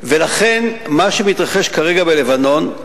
ולכן מה שמתרחש כרגע בלבנון,